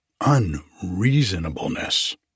unreasonableness